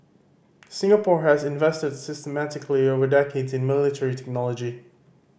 Singapore has invested systematically over decades in military technology